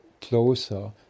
closer